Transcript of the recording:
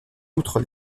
outre